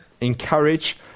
encourage